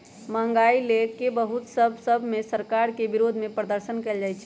महंगाई लए के बहुते देश सभ में सरकार के विरोधमें प्रदर्शन कएल जाइ छइ